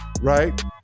right